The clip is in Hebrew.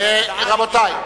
רבותי.